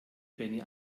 benny